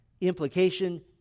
Implication